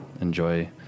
enjoy